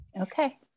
Okay